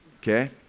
okay